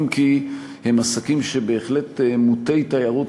אם כי הם עסקים בהחלט מוטי-תיירות,